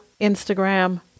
Instagram